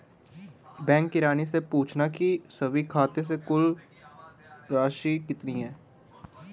bank किरानी से पूछना की सभी खाते से कुल राशि कितनी है